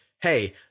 hey